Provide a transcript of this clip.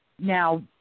Now